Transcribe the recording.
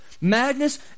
madness